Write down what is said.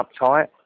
uptight